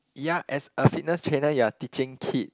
ya as a fitness trainer you are teaching kid